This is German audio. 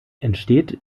entsteht